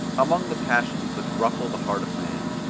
among the passions which ruffle the heart of man,